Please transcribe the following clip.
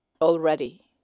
already